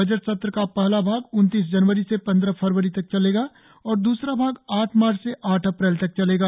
budget सत्र का पहला भाग उन्तीस जनवरी से पंद्रह फरवरी तक चलेगा और द्सरा भाग आठ मार्च से आठ अप्रैल तक चलेगा